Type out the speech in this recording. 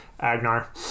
agnar